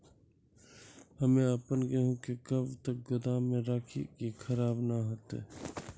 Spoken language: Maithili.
हम्मे आपन गेहूँ के कब तक गोदाम मे राखी कि खराब न हते?